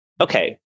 okay